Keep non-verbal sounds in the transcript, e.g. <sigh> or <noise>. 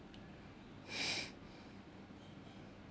<breath>